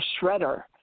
shredder